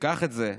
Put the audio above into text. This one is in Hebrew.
קח את זה,